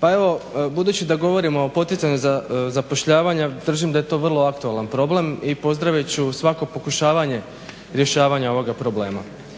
Pa evo budući da govorimo o poticanju za zapošljavanje držim da je to vrlo aktualan problem i pozdravit ću svako pokušavanje rješavanja ovoga problema.